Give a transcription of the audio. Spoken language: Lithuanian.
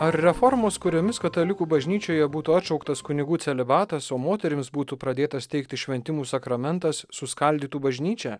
ar reformos kuriomis katalikų bažnyčioje būtų atšauktas kunigų celibatas o moterims būtų pradėtas teikti šventimų sakramentas suskaldytų bažnyčią